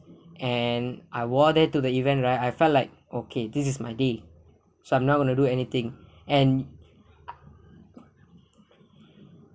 and wore that to the event right I felt like okay this is my day so I'm not gonna do anything and